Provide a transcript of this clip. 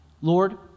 Lord